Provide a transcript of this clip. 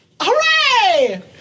Hooray